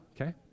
okay